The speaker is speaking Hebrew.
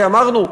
כי אמרנו,